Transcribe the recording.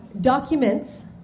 documents